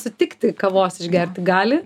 sutikti kavos išgerti gali